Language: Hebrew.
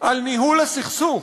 על ניהול הסכסוך.